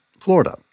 Florida